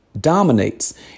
dominates